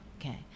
okay